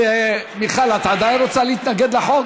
מיכל, את עדיין רוצה להתנגד לחוק?